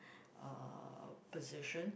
uh position